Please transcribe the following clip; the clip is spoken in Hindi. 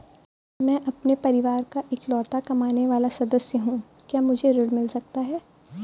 मैं अपने परिवार का इकलौता कमाने वाला सदस्य हूँ क्या मुझे ऋण मिल सकता है?